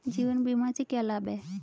जीवन बीमा से क्या लाभ हैं?